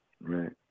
Right